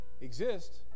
exist